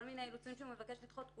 כל מיני אילוצים שהוא מבקש לדחות בגללם.